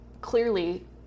clearly